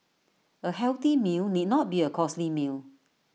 A healthy meal need not be A costly meal